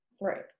Right